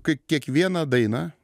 kaip kiekvieną dainą